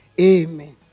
Amen